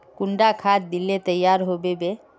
कुंडा खाद दिले तैयार होबे बे?